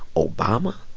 obama?